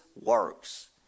works